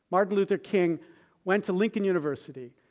martin luther king went to lincoln university,